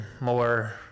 more